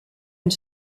une